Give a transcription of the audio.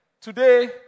Today